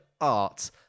art